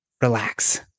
relax